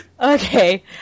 Okay